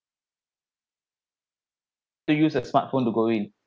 the use of smartphone to go in